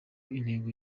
intego